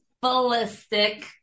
ballistic